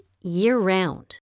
year-round